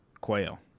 quail